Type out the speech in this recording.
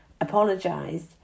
apologised